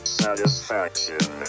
satisfaction